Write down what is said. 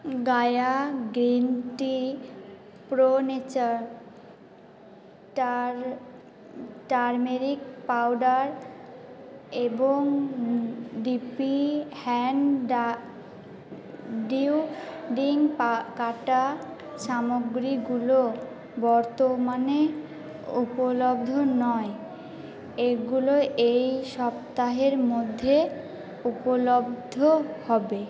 Gaya green tea pro nature টার turmeric powder এবং D P hand ডিউ ডিং পা কাটা সামগ্রীগুলো বর্তমানে উপলব্ধ নয় এগুলো এই সপ্তাহের মধ্যে উপলব্ধ হবে